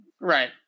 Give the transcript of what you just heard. Right